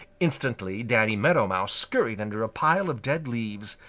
instantly danny meadow mouse scurried under a pile of dead leaves.